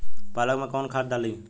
पालक में कौन खाद डाली?